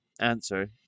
answer